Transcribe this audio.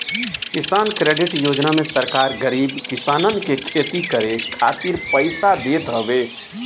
किसान क्रेडिट योजना में सरकार गरीब किसानन के खेती करे खातिर पईसा देत हवे